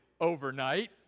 overnight